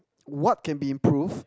what can be improved